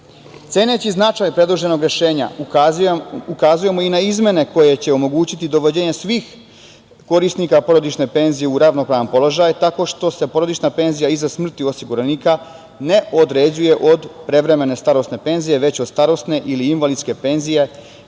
Ceneći značaj predloženog rešenja, ukazujemo i na izmene koje će omogućiti dovođenja svih korisnika porodične penzije u ravnopravan položaj, tako što se porodična penzija iza smrti osiguranika ne određuje od prevremene starosne penzije, već od starosne ili invalidske penzije